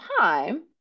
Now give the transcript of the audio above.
time